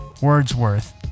Wordsworth